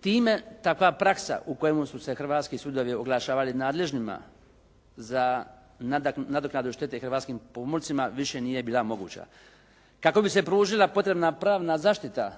time takva praksa u kojemu su se hrvatski sudovi oglašavali nadležnima za nadoknadu štete hrvatskim pomorcima, više nije bila moguća. Kako bi se pružila potrebna pravna zaštita